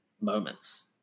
moments